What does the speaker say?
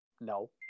No